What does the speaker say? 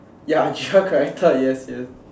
ya extra character yes yes